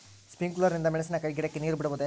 Sprinkler ನಿಂದ ಮೆಣಸಿನಕಾಯಿ ಗಿಡಕ್ಕೆ ನೇರು ಬಿಡಬಹುದೆ?